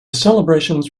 celebrations